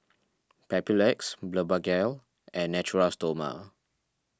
Papulex Blephagel and Natura Stoma